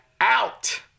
out